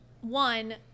one